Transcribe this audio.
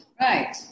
Right